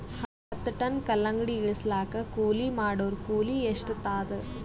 ಹತ್ತ ಟನ್ ಕಲ್ಲಂಗಡಿ ಇಳಿಸಲಾಕ ಕೂಲಿ ಮಾಡೊರ ಕೂಲಿ ಎಷ್ಟಾತಾದ?